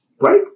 Right